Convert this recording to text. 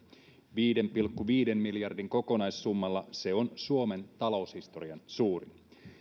viiden pilkku viiden miljardin kokonaissummalla se on suomen taloushistorian suurin